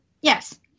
Yes